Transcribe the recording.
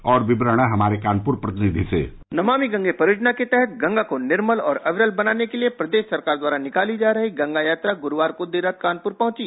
और विवरण हमारे कानपुर प्रतिनिधि से नमामि गंगे परियोजना के तहत गंगा को निर्मल और अविरल बनाने के लिए प्रदेश सरकार द्वारा निकाली जा रही गंगा यात्रा गुरुवार को देर रात कानपुर पहुंची